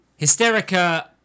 Hysterica